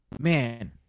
man